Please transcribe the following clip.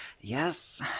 yes